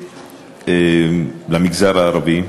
למגזר הערבי.